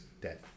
dead